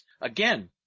Again